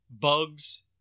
bugs